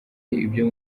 ibyo